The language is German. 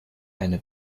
eine